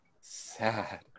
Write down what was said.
sad